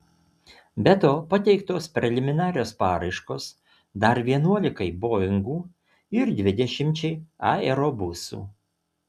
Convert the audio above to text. be to pateiktos preliminarios paraiškos dar vienuolikai boingų ir dvidešimčiai aerobusų